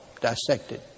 dissected